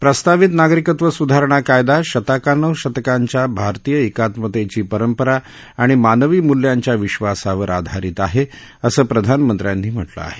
प्रस्तावित नागरिकत्व सुधारणा कायदा शतकानुशतकांच्या भारतीय एकात्मतेची परंपरा आणि मानवी मूल्यांच्या विश्वासावर आधारित आहे असं प्रधानमंत्र्यांनी म्हटलं आहे